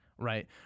Right